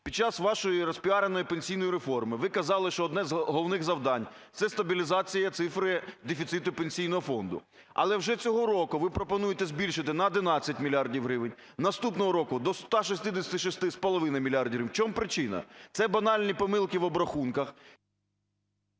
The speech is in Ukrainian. Під час вашої розпіареної пенсійної реформи ви казали, що одне з головних завдань – це стабілізація цифри дефіциту Пенсійного фонду. Але вже цього року ви пропонуєте збільшити на 11 мільярдів гривень, наступного року до 166,5 мільярдів гривень. В чому причина? Це банальні помилки в обрахунках…